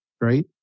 right